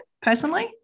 personally